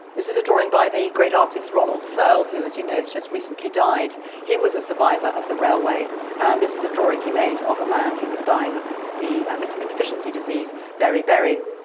this is a drawing by the great artist ronald searle who, as you know, has just recently died. he was a survivor of the railway and this is a drawing he made of a man who was dying of the vitamin deficiency disease beriberi.